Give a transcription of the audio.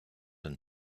and